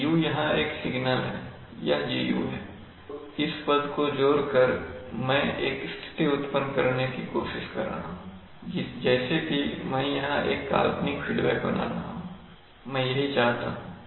Gu यहां एक signal है यह Gu है तो इस पद को जोड़कर मैं एक स्थिति उत्पन्न करने की कोशिश कर रहा हूं जैसे कि मैं यहां एक काल्पनिक फीडबैक बना रहा हूं मैं यही चाहता हूं